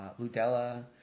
Ludella